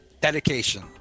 dedication